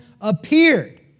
appeared